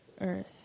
earth